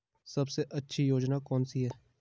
सबसे अच्छी योजना कोनसी है?